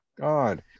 god